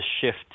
shift